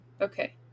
Okay